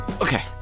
okay